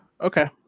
Okay